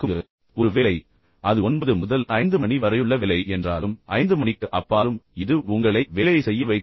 நீங்கள் ஒரு வேலைக்குச் செல்லும்போது அது 9 முதல் 5 மணி வரையுள்ள வேலை என்றாலும் 5 மணிக்கு அப்பாலும் எது உங்களை வேலை செய்ய வைக்கும்